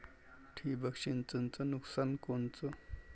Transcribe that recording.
ठिबक सिंचनचं नुकसान कोनचं?